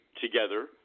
together